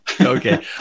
Okay